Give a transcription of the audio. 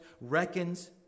reckons